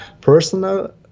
personal